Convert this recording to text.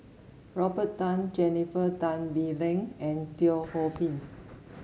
Robert Tan Jennifer Tan Bee Leng and Teo Ho Pin